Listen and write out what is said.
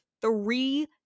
three